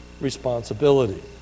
responsibility